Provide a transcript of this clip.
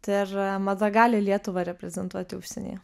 tai ar mada gali lietuvą reprezentuoti užsienyje